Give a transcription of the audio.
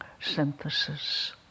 synthesis